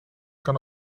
kan